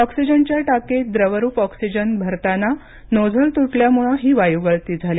ऑक्सिजनच्या टाकीत द्रवरूप ऑक्सिजन भरताना नोझल तुटल्याने ही वायू गळती झाली